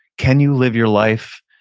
can you live your life,